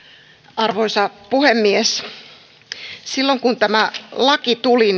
arvoisa puhemies silloin kun tämä laki tuli